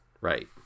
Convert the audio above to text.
Right